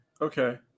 Okay